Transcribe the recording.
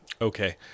Okay